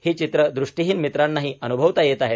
ही चित्रे दृष्टीहीन मित्रांनाही अनुभवता येत आहे